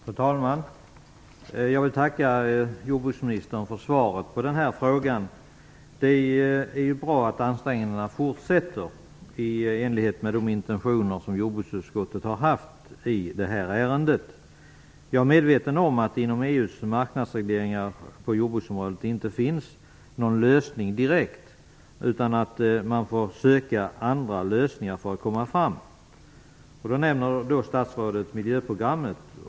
Fru talman! Jag vill tacka jordbruksministern för svaret på frågan. Det är bra att ansträngningarna fortsätter i enlighet med de intentioner som jordbruksutskottet har haft i detta ärende. Jag är medveten om att det inom EU:s marknadsregleringar på jordbruksområdet inte direkt finns någon lösning, utan att man får söka andra lösningar för att komma fram. Statsrådet nämner miljöprogrammet.